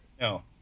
No